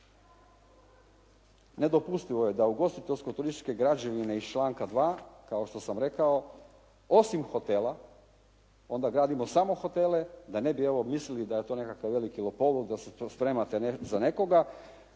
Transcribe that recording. nedopustivo je da ugostiteljsko turističke građevine iz članka 2. kao što sam rekao osim hotela, onda gradimo samo hotele, da ne bi evo mislili da je to nekakav veliki lopovluk, da se to spremate za nekoga,